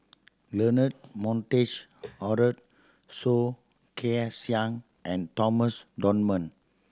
Leonard Montague Harrod Soh Kay Siang and Thomas Dunman